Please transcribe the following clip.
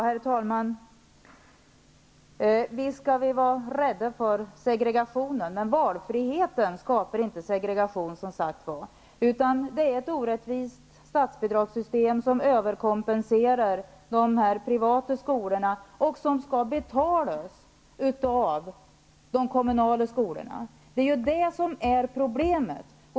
Herr talman! Visst skall vi vara rädda för segregation. Men valfrihet skapar inte segregation, utan ett orättvist statsbidragssystem som överkompenserar de privata skolorna och som betalas av de kommunala skolorna. Det är det som är problemet.